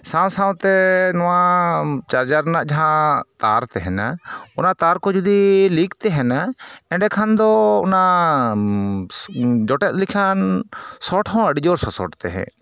ᱥᱟᱶ ᱥᱟᱶᱛᱮ ᱱᱚᱣᱟ ᱪᱟᱨᱡᱟᱨ ᱨᱮᱱᱟᱜ ᱡᱟᱦᱟᱸ ᱛᱟᱨ ᱛᱮᱦᱮᱱᱟ ᱚᱱᱟ ᱛᱟᱨᱠᱚ ᱡᱩᱫᱤ ᱞᱤᱠ ᱛᱮᱦᱮᱱᱟ ᱮᱱᱰᱮ ᱠᱷᱟᱱᱫᱚ ᱚᱱᱟ ᱡᱚᱴᱮᱫ ᱞᱮᱠᱷᱟᱱ ᱥᱚᱴᱦᱚᱸ ᱟᱹᱰᱤ ᱡᱳᱨ ᱥᱚᱥᱚᱴ ᱛᱮᱦᱮᱸᱫ